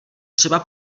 třeba